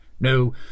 No